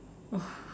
!wah! hard